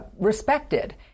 respected